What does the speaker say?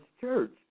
Church